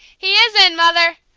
he is in, mother!